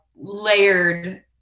layered